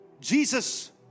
Jesus